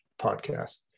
podcast